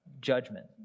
judgment